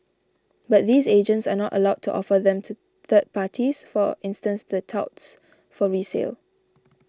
but these agents are not allowed to offer them to third parties for instance the touts for resale